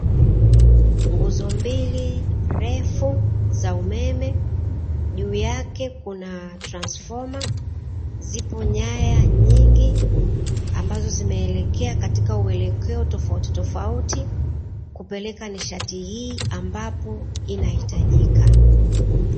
Nguzo mbili refu za umeme, juu yake kuna transifoma zipo nyaya nyingi, ambazo zimeelekea katika uelekeo tofautitofauti, kupeleka nishati hii ambapo inahitajika.